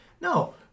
No